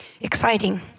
exciting